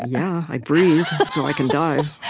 yeah i breathe. so i can dive.